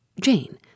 Jane